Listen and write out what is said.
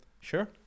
sure